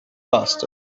faster